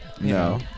No